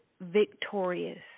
victorious